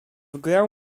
grę